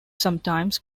sometimes